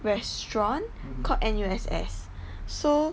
restaurant called N_U_S_S so